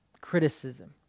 criticism